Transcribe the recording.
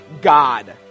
God